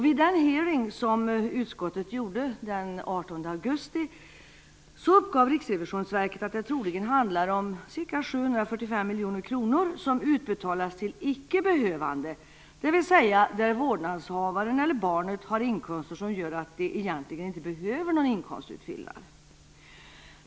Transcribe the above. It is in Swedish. Vid den hearing som utskottet genomförde den 18 augusti uppgav Riksrevisionsverket att det troligen handlar om ca 745 miljoner kronor som utbetalas till icke behövande, dvs. familjer där vårdnadshavaren eller barnet har inkomster som gör att de egentligen inte behöver någon inkomstutfyllnad.